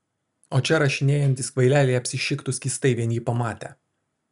o čia rašinėjantys kvaileliai apsišiktų skystai vien jį pamatę